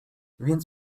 więc